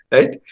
Right